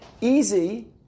easy